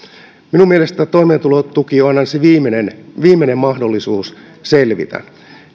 minun mielestäni toimeentulotuki on aina se viimeinen viimeinen mahdollisuus selvitä